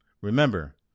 Remember